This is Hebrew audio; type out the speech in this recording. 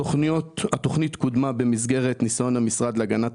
התכנית קודמה במסגרת ניסיון המשרד להגנת